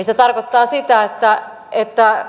se tarkoittaa sitä että että